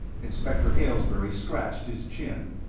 inspector aylesbury scratched his chin.